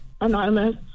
Anonymous